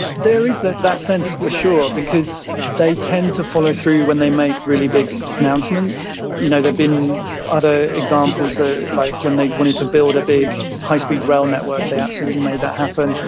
there is that that sense, for sure, because they tend to follow through when they make really big pronouncements. you know there have been other examples, ah like when they wanted to build a big high speed rail network they absolutely made that happen.